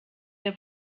der